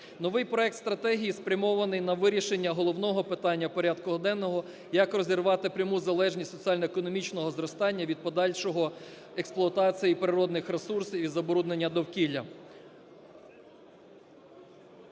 Новий проект стратегії спрямований на вирішення головного питання порядку денного: як розірвати пряму залежність соціально-економічного зростання від подальшої експлуатації природних ресурсів і забруднення довкілля.